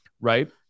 Right